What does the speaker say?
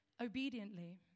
Obediently